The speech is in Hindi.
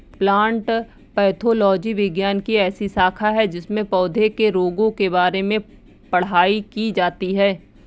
प्लांट पैथोलॉजी विज्ञान की ऐसी शाखा है जिसमें पौधों के रोगों के बारे में पढ़ाई की जाती है